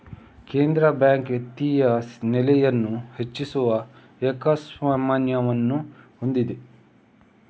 ಕೇಂದ್ರ ಬ್ಯಾಂಕ್ ವಿತ್ತೀಯ ನೆಲೆಯನ್ನು ಹೆಚ್ಚಿಸುವ ಏಕಸ್ವಾಮ್ಯವನ್ನು ಹೊಂದಿದೆ